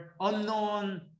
unknown